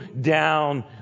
down